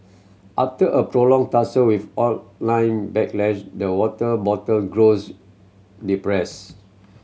after a prolonged tussle with online backlash the water bottle grows depress